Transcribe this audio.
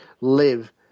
live